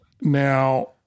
Now –